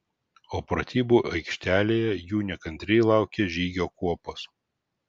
o pratybų aikštelėje jų nekantriai laukė žygio kuopos